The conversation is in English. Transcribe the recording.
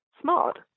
smart